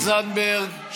חברת הכנסת זנדברג,